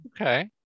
Okay